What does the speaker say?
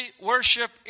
worship